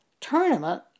tournament